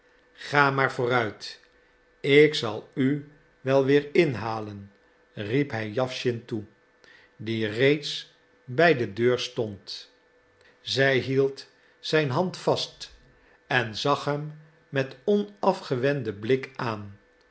ga maar vooruit ik zal u wel weer inhalen riep hij jawschin toe die reeds bij de deur stond zij hield zijn hand vast en zag hem met onafgewenden blik aan